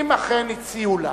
אם אכן הציעו לה,